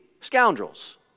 scoundrels